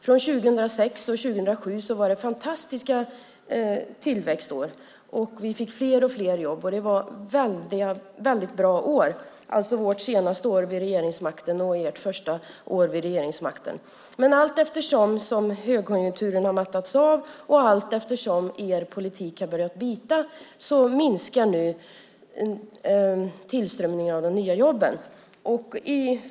Åren 2006 och 2007 var fantastiska tillväxtår. Vi fick fler och fler jobb. Vårt sista år vid regeringsmakten och ert första år vid regeringsmakten var väldigt bra år. Men allteftersom högkonjunkturen har mattats av och allteftersom er politik har börjat bita minskar nu tillströmningen av nya jobb.